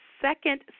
second